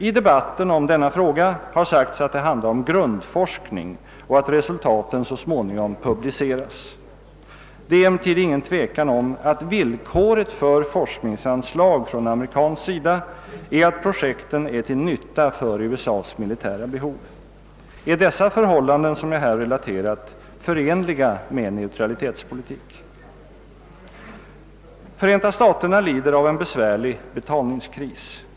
I debatten om denna fråga har sagts att det handlar om grundforskning och att resultaten så småningom publiceras. Det är emellertid ingen tvekan om att villkoret för forskningsanslag från amerikansk sida är att projekten är till nytta för USA:s militära behov. är de förhållanden som jag här relaterat förenliga med neutralitetspolitik? Förenta staterna lider av en besvärlig betalningskris.